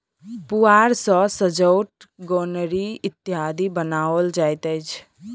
पुआर सॅ सजौट, गोनरि इत्यादि बनाओल जाइत अछि